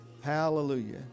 Hallelujah